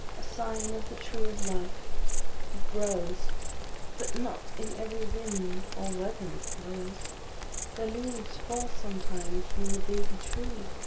a scion of the tree of life it grows but not in every wind or weather it blows the leaves fall sometimes from the baby tree,